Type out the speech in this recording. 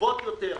טובות יותר,